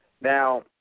Now